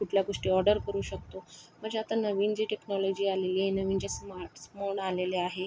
कुठल्या गोष्टी ऑर्डर करू शकतो म्हणजे आता नवीन जे टेक्नॉलॉजी आलेली आहे नवीन जे स्मार्टफोन आलेले आहे